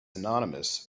synonymous